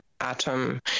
atom